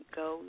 go